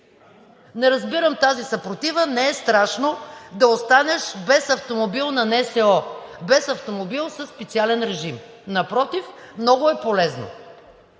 Не разбирам тази съпротива, не е страшно да останеш без автомобил на НСО, без автомобил със специален режим, напротив – много е полезно.